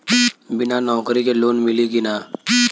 बिना नौकरी के लोन मिली कि ना?